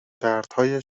دردهای